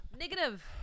Negative